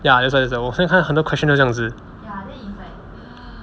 ya that's why that's why 我现在看很多 question 都是这样子